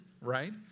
right